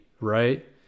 right